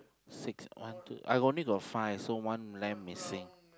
six one two I only got five so one lamb missing